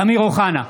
אמיר אוחנה,